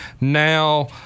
now